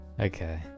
Okay